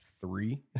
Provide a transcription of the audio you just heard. three